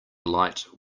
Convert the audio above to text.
light